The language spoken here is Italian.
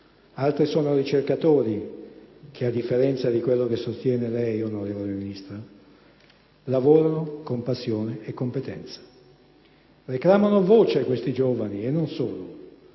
Altri sono ricercatori, che, a differenza di quello che sostiene lei, onorevole Ministro, lavorano con passione e competenza. Reclamano voce, questi giovani, e non solo;